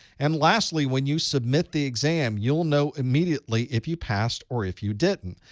and, lastly, when you submit the exam, you'll know immediately if you passed or if you didn't.